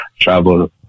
travel